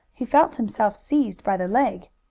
he felt himself seized by the leg.